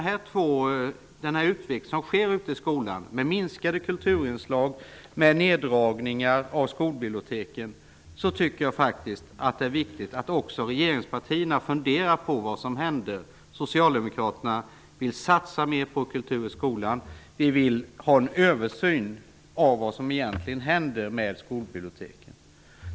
Med den utveckling som sker i skolan med minskade kulturinslag och neddragningar av skolbiblioteken är det viktigt att man också inom regeringspartierna funderar på vad som händer. Socialdemokraterna vill satsa mer på kultur i skolan, och vi vill ha en översyn av vad som egentligen händer med skolbiblioteken.